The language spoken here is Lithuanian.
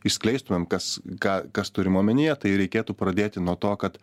išskleistumėm kas ką kas turima omenyje tai reikėtų pradėti nuo to kad